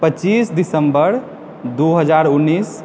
पच्चीस दिसम्बर दू हजार उन्नैस